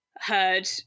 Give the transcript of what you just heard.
heard